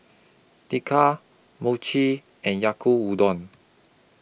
Mochi and Yaku Udon